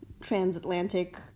transatlantic